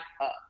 up